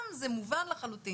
גם, זה מובן לחלוטין.